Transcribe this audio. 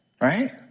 right